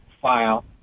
file